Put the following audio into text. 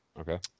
okay